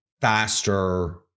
faster